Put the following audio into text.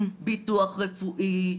ביטוח רפואי,